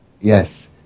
yes